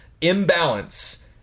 imbalance